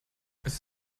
ist